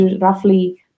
roughly